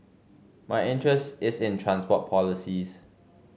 my interest is in transport policies